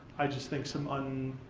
i just think, some and